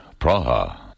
Praha